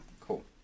cool